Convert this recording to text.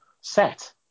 set